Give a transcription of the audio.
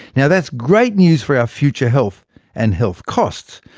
yeah that's great news for our future health and health costs,